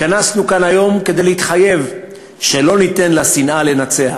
התכנסנו כאן היום כדי להתחייב שלא ניתן לשנאה לנצח,